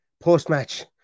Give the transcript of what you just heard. post-match